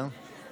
בסדר?